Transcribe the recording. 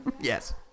Yes